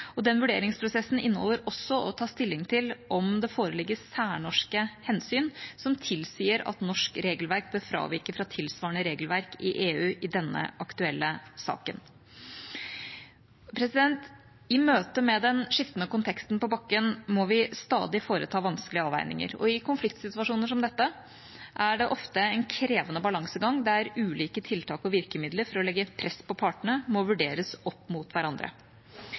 Den vurderingsprosessen inneholder også å ta stilling til om det foreligger særnorske hensyn som tilsier at norsk regelverk bør fravike fra tilsvarende regelverk i EU i denne aktuelle saken. I møtet med den skiftende konteksten på bakken må vi stadig foreta vanskelige avveininger. I konfliktsituasjoner som dette er det ofte en krevende balansegang der ulike tiltak og virkemidler for å legge press på partene må vurderes opp mot hverandre.